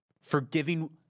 Forgiving